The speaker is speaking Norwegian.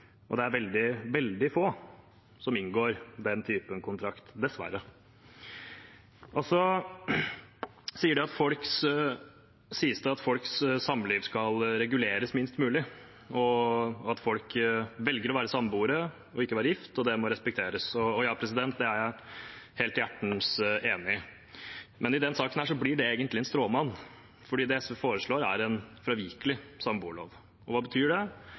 og det er veldig få som inngår den typen kontrakt, dessverre. Det sies at folks samliv skal reguleres minst mulig – at folk velger å være samboere og ikke være gift, må respekteres. Det er jeg hjertens enig i, men i denne saken blir det egentlig en stråmann, for det SV foreslår, er en fravikelig samboerlov. Hva betyr det?